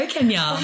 Kenya